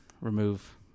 remove